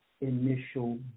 initial